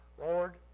Lord